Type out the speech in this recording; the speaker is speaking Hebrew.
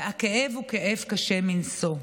והכאב הוא כאב קשה מנשוא.